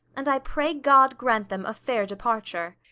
and i pray god grant them a fair departure.